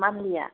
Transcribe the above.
मान्थलिआ